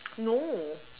no